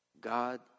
God